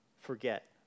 forget